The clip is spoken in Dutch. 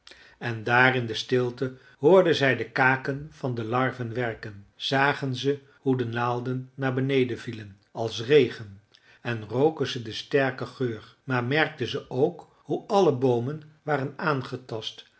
en daar in de stilte hoorden zij de kaken van de larven werken zagen ze hoe de naalden naar beneden vielen als regen en roken ze den sterken geur daar merkten ze ook hoe alle boomen waren aangetast